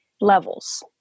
levels